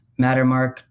Mattermark